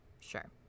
Sure